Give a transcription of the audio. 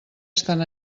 estan